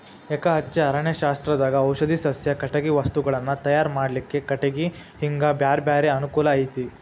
ಎಕಹಚ್ಚೆ ಅರಣ್ಯಶಾಸ್ತ್ರದಾಗ ಔಷಧಿ ಸಸ್ಯ, ಕಟಗಿ ವಸ್ತುಗಳನ್ನ ತಯಾರ್ ಮಾಡ್ಲಿಕ್ಕೆ ಕಟಿಗಿ ಹಿಂಗ ಬ್ಯಾರ್ಬ್ಯಾರೇ ಅನುಕೂಲ ಐತಿ